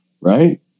right